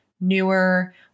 newer